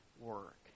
work